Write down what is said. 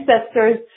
ancestors